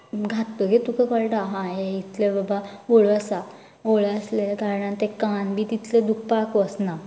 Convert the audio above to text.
घालतकीर तुका कळटा हा हे इतले बाबा व्हळू आसा व्हळू आसलेले कारणान तें कान बी तितले दुखपाक वसना